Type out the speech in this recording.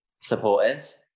supporters